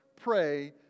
pray